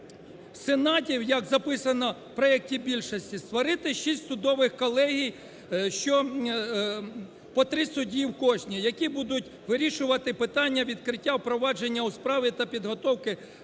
сенатів, як записано в проекті більшості, створити шість судових колегій, що по три судді в кожній, які будуть вирішувати питання відкриття провадження у справі та підготовки справ